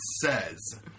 says